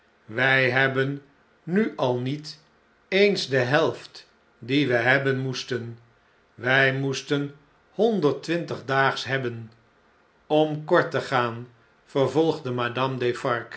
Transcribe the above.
wj hebben nu alniet eens de helft die we hebben moesten wjj moesten honderd twintig daags hebben om korttegaan vervolgde